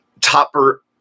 topper